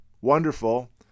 Wonderful